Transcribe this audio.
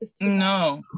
No